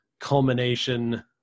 culmination